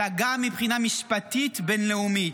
אלא גם מבחינה משפטית בין-לאומית.